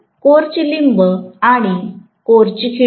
core चे लिंब आणि कोरची खिडकी